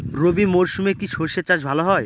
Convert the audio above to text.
রবি মরশুমে কি সর্ষে চাষ ভালো হয়?